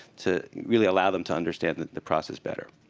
to really allow them to understand the the process better.